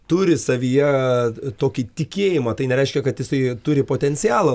turi savyje tokį tikėjimą tai nereiškia kad jisai turi potencialą